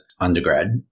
undergrad